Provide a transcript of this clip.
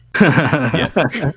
Yes